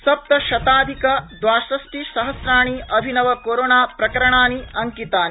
सप्तशताधिक द्वाषष्टिसहस्राणि अभिनवकोरोना प्रकरणानि अंकितानि